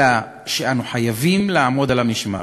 אלא שאנו חייבים לעמוד על המשמר.